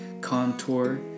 contour